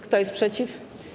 Kto jest przeciw?